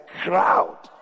crowd